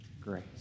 grace